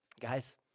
Guys